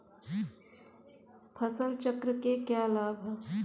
फसल चक्र के क्या लाभ हैं?